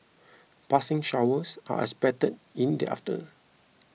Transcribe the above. passing showers are expected in the after